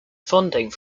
funding